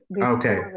Okay